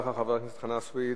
תודה רבה לך, חבר הכנסת חנא סוייד.